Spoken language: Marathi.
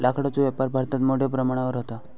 लाकडाचो व्यापार भारतात मोठ्या प्रमाणावर व्हता